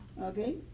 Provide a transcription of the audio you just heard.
okay